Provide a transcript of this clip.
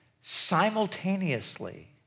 simultaneously